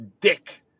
dick